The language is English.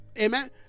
Amen